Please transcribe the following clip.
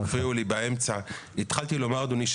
אדוני,